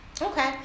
Okay